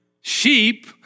sheep